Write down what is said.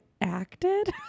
acted